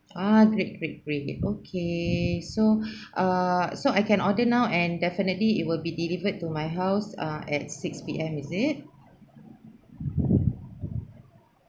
ah great great great okay so err so I can order now and definitely it will be delivered to my house ah at six P_M is it